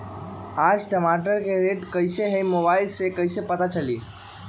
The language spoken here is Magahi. आज टमाटर के रेट कईसे हैं मोबाईल से कईसे पता चली?